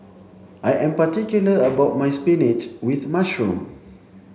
I am particular about my spinach with mushroom